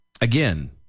Again